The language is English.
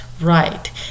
right